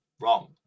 wrong